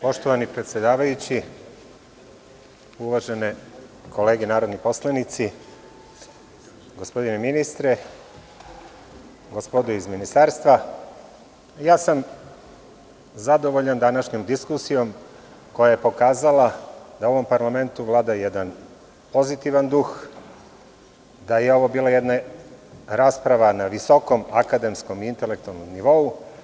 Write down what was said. Poštovani predsedavajući, uvažene kolege narodni poslanici, gospodine ministre, gospodo iz Ministarstva, zadovoljan sam današnjom diskusijom koja je pokazala da u ovom parlamentu vlada jedan pozitivan duh, da je ovo bila jedna rasprava na visokom akademskom intelektualnom nivou.